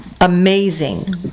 amazing